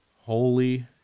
Holy